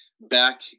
back